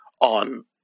on